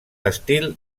estil